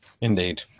indeed